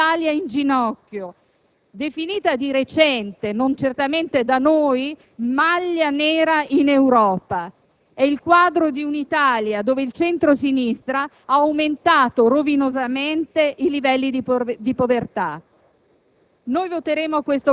È il quadro di una Italia in ginocchio, definita di recente - non certamente da noi - maglia nera in Europa. È il quadro di una Italia dove il centro-sinistra ha aumentato rovinosamente i livelli di povertà.